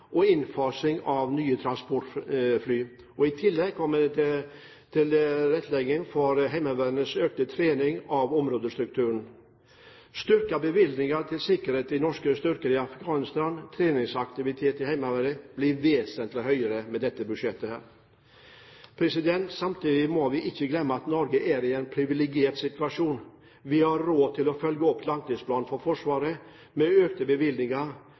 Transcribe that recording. tillegg kommer tilrettelegging for Heimevernets økte trening og områdestrukturen. Vi må styrke bevilgningene til sikkerheten for norske styrker i Afghanistan, og treningsaktiviteten i Heimevernet blir vesentlig høyere med dette budsjettet. Samtidig må vi ikke glemme at Norge er i en privilegert situasjon. Vi har råd til å følge opp langtidsplanen for Forsvaret med økte bevilgninger,